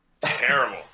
terrible